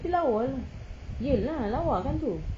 tapi lawa iya lah lawa kan tu